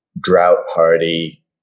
drought-hardy